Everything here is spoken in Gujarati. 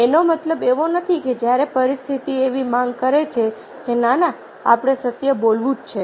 એનો મતલબ એવો નથી કે જ્યારે પરિસ્થિતિ એવી માંગ કરે છે કે ના ના આપણે સત્ય બોલવું છે